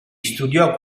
studiò